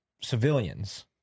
civilians